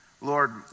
Lord